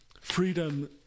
freedom